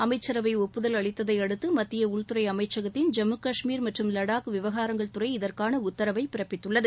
அமைச்சரவை ஒப்புதல் அளித்ததை அடுத்து மத்திய உள்துறை அமைச்சகத்தின் ஜம்மு காஷ்மீர் மற்றும் லடாக் விவகாரங்கள் துறை இதற்கான உத்தரவை பிறப்பித்துள்ளது